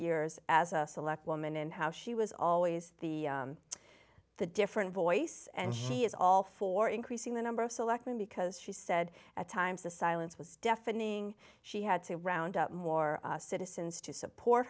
years as a select woman and how she was always the the different voice and she is all for increasing the number of selectmen because she said at times the silence was deafening she had to round up more citizens to support